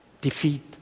defeat